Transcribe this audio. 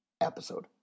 episode